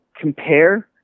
compare